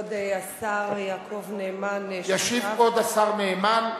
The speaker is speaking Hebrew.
כבוד השר נאמן, ישיב כבוד השר נאמן.